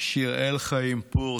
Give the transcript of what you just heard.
שיראל חיים פור,